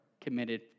committed